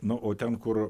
na o ten kur